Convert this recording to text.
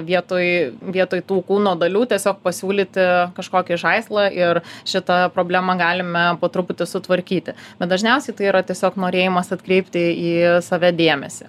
vietoj vietoj tų kūno dalių tiesiog pasiūlyti kažkokį žaislą ir šitą problemą galime po truputį sutvarkyti bet dažniausiai tai yra tiesiog norėjimas atkreipti į save dėmesį